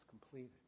completed